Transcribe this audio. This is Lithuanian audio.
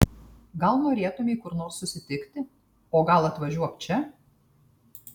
gal norėtumei kur nors susitikti o gal atvažiuok čia